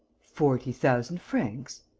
forty thousand francs?